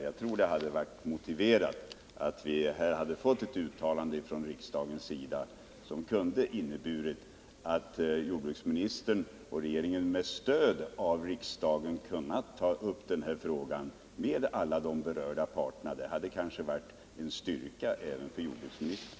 Jag tror att det hade varit motiverat att det hade gjorts ett uttalande från riksdagens sida som kunde ha inneburit att jordbruksministern och regeringen med stöd av riksdagen kunnat ta upp den här frågan med alla de berörda parterna. Det hade kanske varit en styrka även för jordbruksministern.